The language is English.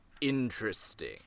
Interesting